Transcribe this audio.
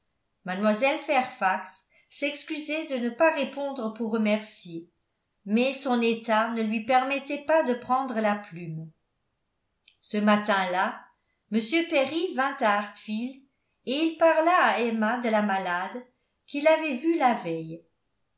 mlle fairfax s'excusait de ne pas répondre pour remercier mais son état ne lui permettait pas de prendre la plume ce matin là m perry vint à hartfield et il parla à emma de la malade qu'il avait vue la veille